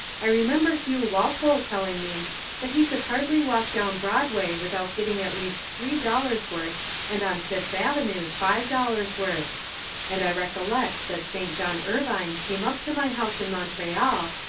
i remember hugh walpole telling me that he could hardly walk down broadway without getting at least three dollars' worth and on fifth avenue five dollars' worth and i recollect that st. john ervine came up to my house in montreal,